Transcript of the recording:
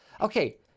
okay